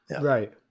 right